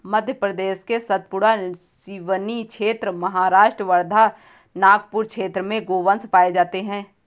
मध्य प्रदेश के सतपुड़ा, सिवनी क्षेत्र, महाराष्ट्र वर्धा, नागपुर क्षेत्र में गोवंश पाये जाते हैं